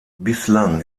bislang